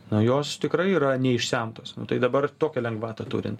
na jos tikrai yra neišsemtos tai dabar tokią lengvatą turint